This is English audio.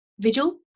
vigil